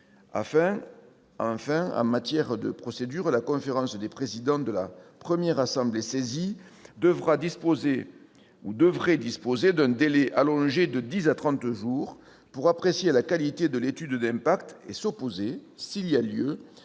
Enfin, en matière de procédure, la conférence des présidents de la première assemblée saisie devra disposer d'un délai allongé de dix à trente jours pour apprécier la qualité de l'étude d'impact et s'opposer à l'inscription